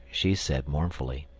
she said, mournfully,